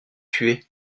tuer